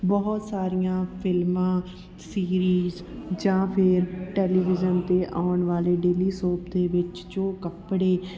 ਬਹੁਤ ਸਾਰੀਆਂ ਫਿਲਮਾਂ ਸੀਰੀਜ਼ ਜਾਂ ਫਿਰ ਟੈਲੀਵਿਜ਼ਨ 'ਤੇ ਆਉਣ ਵਾਲੇ ਡੇਲੀ ਸੋਪ ਦੇ ਵਿੱਚ ਜੋ ਕੱਪੜੇ